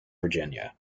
virginia